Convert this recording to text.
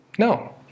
No